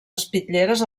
espitlleres